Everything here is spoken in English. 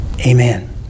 amen